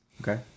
Okay